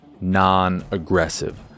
non-aggressive